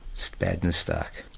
so badness stuck.